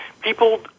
people